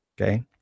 Okay